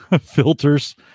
filters